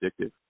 addictive